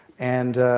and